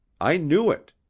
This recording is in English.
i knew it.